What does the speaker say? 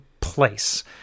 place